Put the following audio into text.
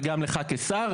וגם לך כשר.